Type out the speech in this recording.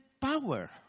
power